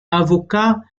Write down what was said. avocat